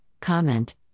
comment